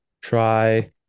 try